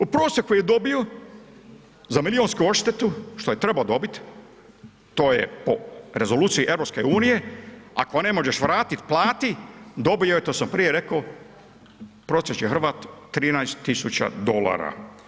U prosjeku je dobio za milijunsku odštetu što je trebao dobiti, to je po rezoluciji EU, ako ne možeš vratit plati, dobio je to sam prije rekao prosječni Hrvat 13.000 dolara.